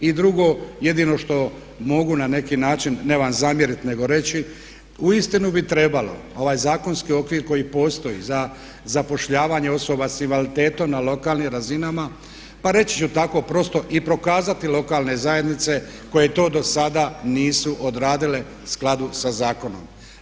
I drugo, jedino što mogu na neki način ne vam zamjeriti nego reći, uistinu bi trebalo ovaj zakonski okvir koji postoji za zapošljavanje osoba s invaliditetom na lokalnim razinama pa reći ću tako prosto i prokazati lokalne zajednice koje to do sada nisu odradile u skladu sa zakonom.